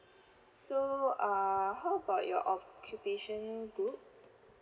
so err how about your occupation group